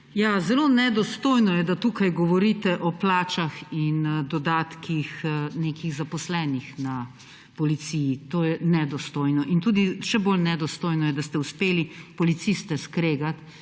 zelo nedostojno je, da tukaj govorite o plačah in dodatkih nekih zaposlenih na policiji, to je nedostojno. Tudi še bolj nedostojno je, da ste uspeli policiste skregati